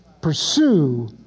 pursue